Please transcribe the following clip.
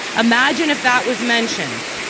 imagine if that was mentioned.